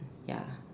ya